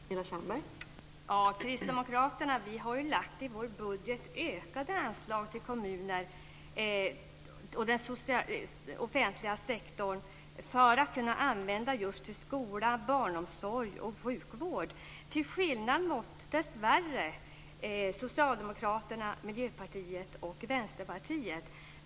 Fru talman! Vi kristdemokrater har i vår budget ökade anslag till kommunerna och den offentliga sektorn som ska kunna användas just till skola, barnomsorg och sjukvård, dessvärre till skillnad mot Socialdemokraterna, Miljöpartiet och Vänsterpartiet.